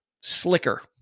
slicker